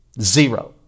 zero